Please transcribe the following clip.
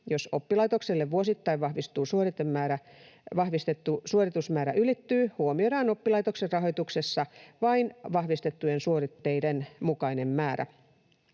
Jos oppilaitokselle vuosittain vahvistettu suoritemäärä ylittyy, huomioidaan oppilaitoksen rahoituksessa vain vahvistettujen suoritteiden mukainen määrä.